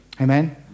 Amen